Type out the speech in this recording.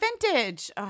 vintage